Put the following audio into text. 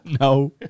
no